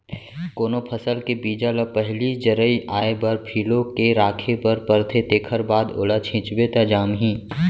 कोनो फसल के बीजा ल पहिली जरई आए बर फिलो के राखे बर परथे तेखर बाद ओला छिंचबे त जामही